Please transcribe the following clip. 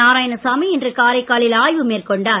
நாராயணசாமி இன்று காரைக்காலில் ஆய்வு மேற்கொண்டார்